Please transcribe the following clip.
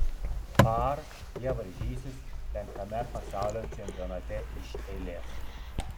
par jie varžysis penktame pasaulio čempionate iš eilės